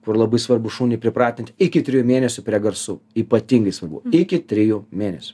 kur labai svarbu šunį pripratint iki trijų mėnesių prie garsų ypatingai svarbu iki trijų mėnesių